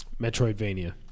Metroidvania